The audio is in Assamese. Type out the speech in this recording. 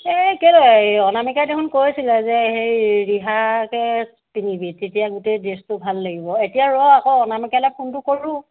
এই কেলৈ অনামিকাই দেখোন কৈছিলে যে সেই ৰিহাকে পিন্ধিবি তেতিয়া গোটেই ড্ৰেছটো ভাল লাগিব এতিয়া ৰ আকৌ অনামিকালৈ ফোনটো কৰোঁ